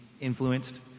influenced